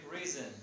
reason